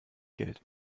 geld